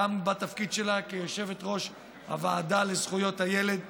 גם בתפקיד שלה כיושבת-ראש הוועדה לזכויות הילד כאן,